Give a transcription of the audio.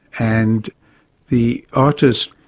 and the artist,